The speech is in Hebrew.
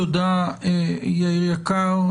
תודה ליאיר היקר,